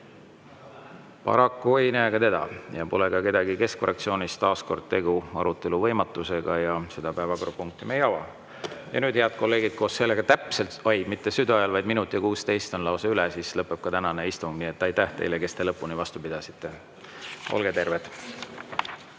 Paraku ei näe teda ja pole ka kedagi teist keskfraktsioonist. Taas kord on tegu arutelu võimatusega ja seda päevakorrapunkti me ei ava. Ja nüüd, head kolleegid, koos sellega täpselt, oi, mitte südaööl, vaid minut ja 16 on lausa üle, lõpeb ka tänane istung. Aitäh teile, kes te lõpuni vastu pidasite! Olge terved.